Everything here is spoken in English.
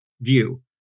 view